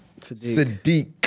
Sadiq